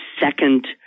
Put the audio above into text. second